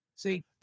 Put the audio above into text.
See